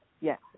Yes